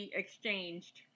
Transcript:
exchanged